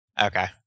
Okay